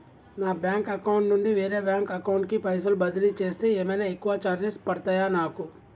నా bank account నుండి వేరే బ్యాంక్ అకౌంట్ కి పైసల్ బదిలీ చేస్తే ఏమైనా ఎక్కువ చార్జెస్ పడ్తయా నాకు?